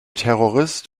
terrorist